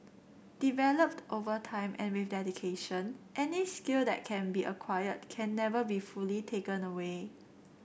developed over time and with dedication any skill that can be acquired can never be fully taken away